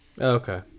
Okay